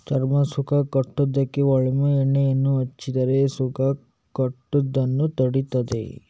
ಚರ್ಮ ಸುಕ್ಕು ಕಟ್ಟುದಕ್ಕೆ ಒಲೀವ್ ಎಣ್ಣೆಯನ್ನ ಹಚ್ಚಿದ್ರೆ ಸುಕ್ಕು ಕಟ್ಟುದನ್ನ ತಡೀತದೆ